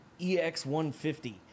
EX150